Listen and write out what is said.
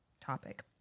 topic